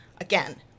Again